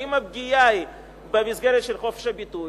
האם הפגיעה היא במסגרת של חופש הביטוי,